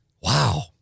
wow